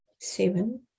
Seven